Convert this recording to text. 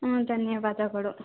ಹ್ಞೂ ಧನ್ಯವಾದಗಳು